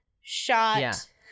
shot